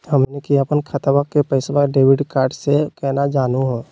हमनी के अपन खतवा के पैसवा डेबिट कार्ड से केना जानहु हो?